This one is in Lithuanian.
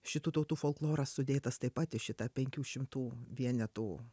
šitų tautų folkloras sudėtas taip pat į šitą penkių šimtų vienetų